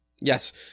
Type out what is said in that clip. yes